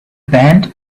band